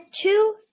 two